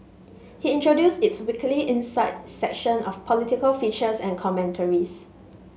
he introduced its weekly insight section of political features and commentaries